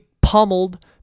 pummeled